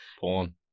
porn